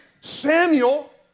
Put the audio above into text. Samuel